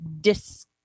disc